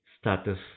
status